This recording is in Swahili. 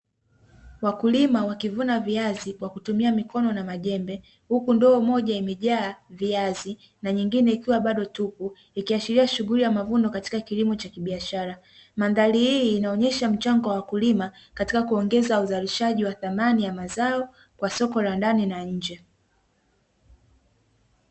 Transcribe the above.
Wakulima wakivuna viazi kwa kutumia mikono na majembe huku ndoo moja imejaa viazi na nyingine ikiwa bado tupu ikiashiria shughuli ya mavuno katika kilimo cha kibiashara. Mandhari hii inaonyesha mchango wa wakulima katika kuongeza uzalishaji wa thamani wa mazao kwa soko la ndani na nje.